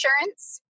insurance